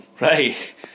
right